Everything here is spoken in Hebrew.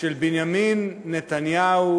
של בנימין נתניהו